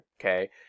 Okay